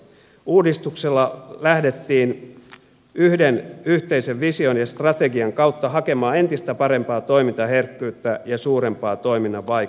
uudistuksella lähdettiin yhden yhteisen vision ja strategian kautta hakemaan entistä parempaa toimintaherkkyyttä ja suurempaa toiminnan vaikuttavuutta